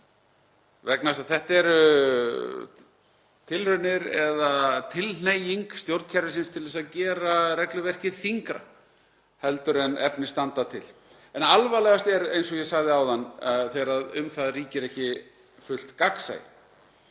þess að þetta eru tilraunir eða tilhneiging stjórnkerfisins til að gera regluverkið þyngra heldur en efni standa til. En alvarlegast er, eins og ég sagði áðan, þegar um það ríkir ekki fullt gagnsæi.